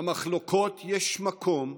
למחלוקות יש מקום,